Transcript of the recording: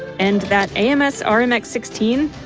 and that ams ah rmx sixteen?